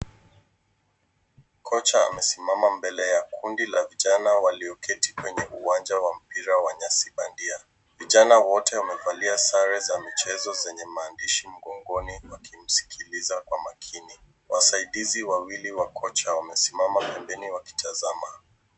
Kocha amesimama mbele ya kundi la vijana walioketi kwenye uwanja wa mpira wa nyasi bandia. Vijana wote wamevalia sare za michezo zenye maandishi mgongoni wakimsikiliza kwa makini. Wasaidizi wawili wa kocha wamesimama pembeni wakitazama.